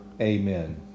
amen